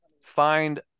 find